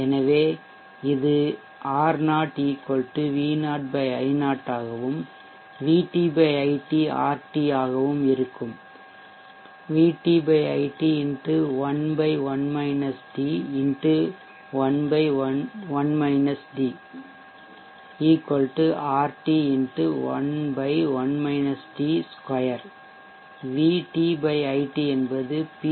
எனவே இது R0 V0 I0 ஆகவும் VT IT RT ஆகும் VTIT x 11 - d x 11 - d RT11 - d2 VTIT என்பது பி